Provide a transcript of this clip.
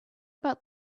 about